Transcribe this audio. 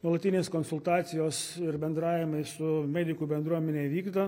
nuolatinės konsultacijos ir bendravimai su medikų bendruomene vykdo